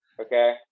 okay